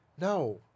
No